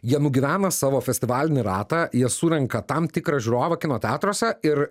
jie nugyvena savo festivalinį ratą jie surenka tam tikrą žiūrovą kino teatruose ir